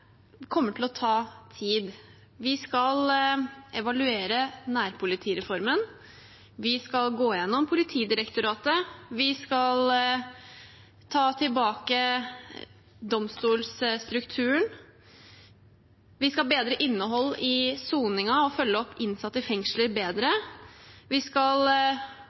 kommer til å ta tid. Vi skal evaluere nærpolitireformen. Vi skal gå gjennom Politidirektoratet. Vi skal ta tilbake domstolstrukturen. Vi skal bedre innholdet i soningen og følge opp innsatte i fengsler bedre. Vi skal